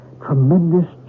tremendous